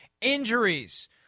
Injuries